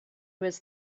was